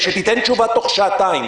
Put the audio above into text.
ושתיתן תשובה בתוך שעתיים,